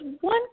one